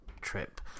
trip